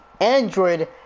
Android